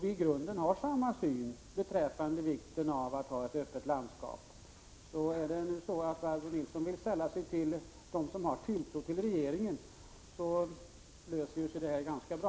I grunden har vi ju samma syn på vikten av att ha ett öppet landskap. Om Barbro Nilsson vill sälla sig till dem som har tilltro till regeringen, löser sig det här ganska bra.